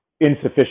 insufficient